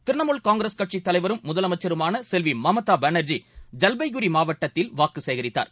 Trinamool Congress கட்சிதலைவரும் முதலமைச்சருமானசெல்விமம்தாபானர்ஜி ஐல்பைகுரிமாவட்டத்தில் வாக்குசேகரித்தார்